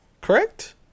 correct